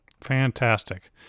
Fantastic